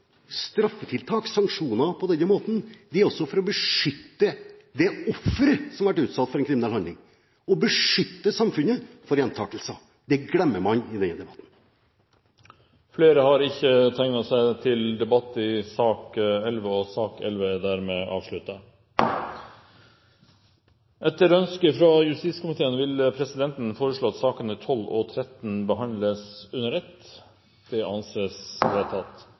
straffetiltak og sanksjoner har man også for å beskytte offeret som har vært utsatt for en kriminell handling, og for å beskytte samfunnet for gjentakelser. Det glemmer man i denne debatten. Flere har ikke bedt om ordet til sak nr. 11. Etter ønske fra justiskomiteen vil presidenten foreslå at sakene nr. 12 og 13 behandles under ett. – Det anses vedtatt.